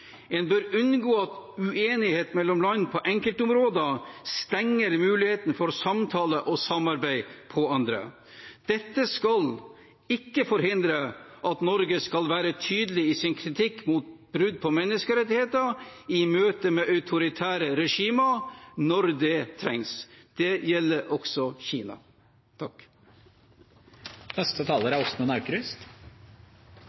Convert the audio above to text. En bør unngå at uenighet mellom land på enkeltområder stenger muligheten for samtale og samarbeid på andre områder. Det skal ikke forhindre Norge fra å være tydelig i sin kritikk av brudd på menneskerettigheter i møte med autoritære regimer når det trengs. Det gjelder også Kina.